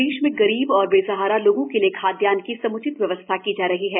प्रदेश में गरीब एवं बेसहारा लोगों के लिए खाद्यान्न की समुचित व्यवस्था की जा रही है